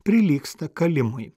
prilygsta kalimui